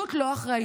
פשוט לא אחראיות.